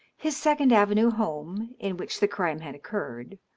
his second avenue home, in which the crime had occurred,